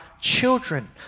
children